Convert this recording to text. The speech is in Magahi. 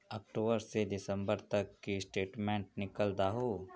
अक्टूबर से दिसंबर तक की स्टेटमेंट निकल दाहू?